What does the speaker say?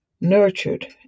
nurtured